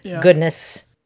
goodness